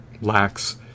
lacks